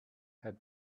had